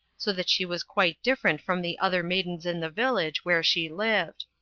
so that she was quite different from the other maidens in the village where she lived.